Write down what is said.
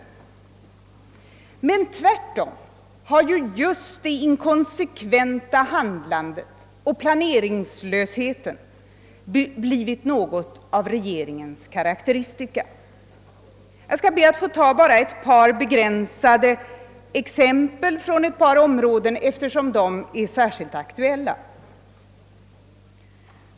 Men tvärtom har just det inkonsekventa handlandet och planlösheten blivit något av regeringens karakteristika. Jag vill ta endast begränsade exempel från ett par områden, eftersom de är särskilt aktuella.